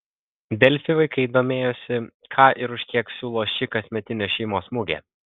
delfi vaikai domėjosi ką ir už kiek siūlo ši kasmetinė šeimos mugė